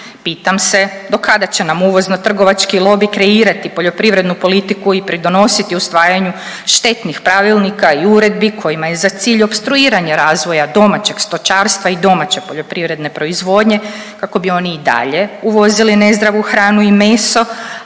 Pitam se do kada će nam uvozno trgovački lobi kreirati poljoprivrednu politiku i pridnositi usvajanju štetnih pravilnika i uredbi koji imaju za cilj opstruiranje razvoja domaćeg stočarstva i domaće poljoprivredne proizvodnje kako bi oni i dalje uvozili nezdravu hranu i meso,